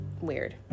weird